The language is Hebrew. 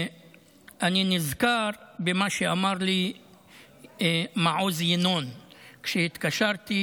אני נזכר במה שאמר לי מעוז ינון כשהתקשרתי